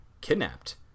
kidnapped